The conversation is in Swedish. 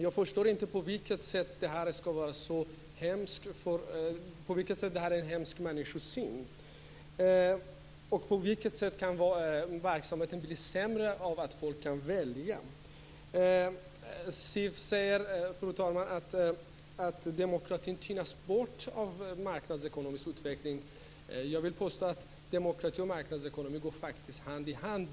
Jag förstår inte på vilket sätt det här är en hemsk människosyn. På vilket sätt kan verksamheten bli sämre av att folk kan välja? Siw säger, fru talman, att demokratin tynar bort av en marknadsekonomisk utveckling. Jag vill påstå att demokrati och marknadsekonomi går hand i hand.